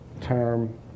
term